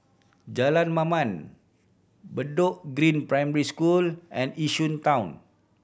Jalan Mamam Bedok Green Primary School and Yishun Town